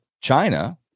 China